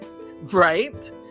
right